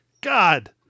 God